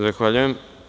Zahvaljujem.